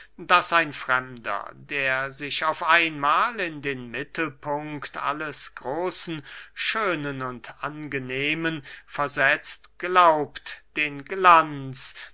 daß ein fremder der sich auf ein mahl in den mittelpunkt alles großen schönen und angenehmen versetzt glaubt den glanz